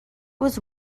was